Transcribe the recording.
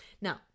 Now